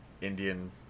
Indian